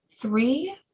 three